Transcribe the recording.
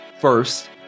First